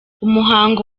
umuhango